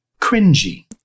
cringy